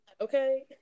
Okay